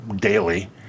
daily